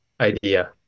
idea